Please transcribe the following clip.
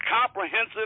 comprehensive